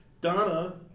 Donna